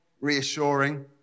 Reassuring